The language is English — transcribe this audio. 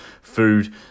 food